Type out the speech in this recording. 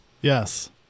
Yes